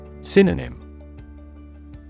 Synonym